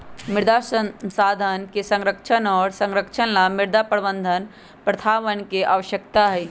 मृदा संसाधन के संरक्षण और संरक्षण ला मृदा प्रबंधन प्रथावन के आवश्यकता हई